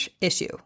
issue